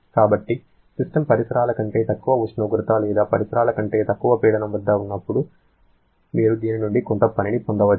కాబట్టి సిస్టమ్ పరిసరాల కంటే తక్కువ ఉష్ణోగ్రత వద్ద లేదా పరిసరాల కంటే తక్కువ పీడనం వద్ద ఉన్నప్పుడు కూడా మీరు దీని నుండి కొంత పనిని పొందవచ్చు